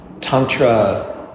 Tantra